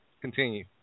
Continue